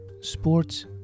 sports